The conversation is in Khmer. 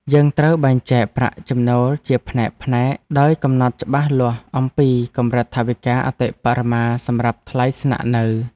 យើងត្រូវបែងចែកប្រាក់ចំណូលជាផ្នែកៗ ដោយកំណត់ច្បាស់លាស់អំពីកម្រិតថវិកាអតិបរមាសម្រាប់ថ្លៃស្នាក់នៅ។